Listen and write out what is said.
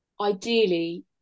ideally